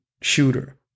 shooter